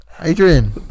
Adrian